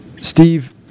Steve